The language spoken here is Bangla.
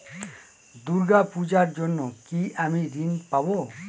দূর্গা পূজার জন্য কি আমি ঋণ পাবো?